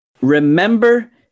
Remember